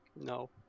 No